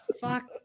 fuck